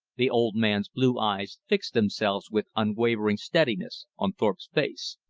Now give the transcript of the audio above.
the old man's blue eyes fixed themselves with unwavering steadiness on thorpe's face.